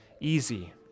easy